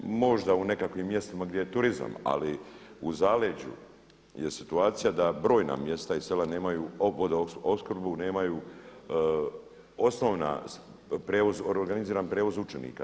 Možda u nekakvim mjestima gdje je turizam, ali u zaleđu je situacija da brojna mjesta i sela nemaju vodoopskrbu, nemaju osnovna prijevoz, organiziran prijevoz učenika.